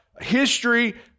history